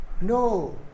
No